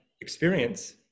experience